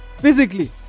Physically